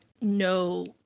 no